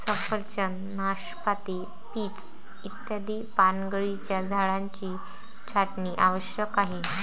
सफरचंद, नाशपाती, पीच इत्यादी पानगळीच्या झाडांची छाटणी आवश्यक आहे